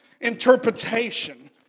interpretation